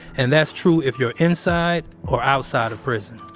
and that's true if you're inside or outside of prison